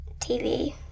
TV